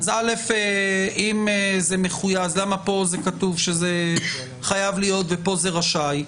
אז למה פה כתוב שזה חייב להיות ופה זה רשאי?